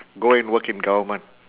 go and work in government